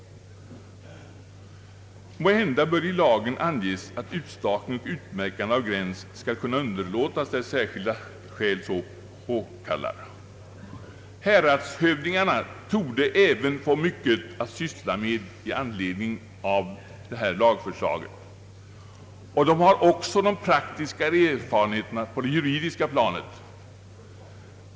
Måhända bör i lagen anges att utstakning och utmärkande av gräns skall kunna underlåtas där särskilda skäl så påkallar.» Häradshövdingarna torde även få mycket att syssla med i anledning av detta lagförslag, men de har också de praktiska erfarenheterna på det juridiska planet.